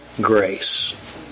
Grace